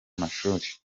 amashuri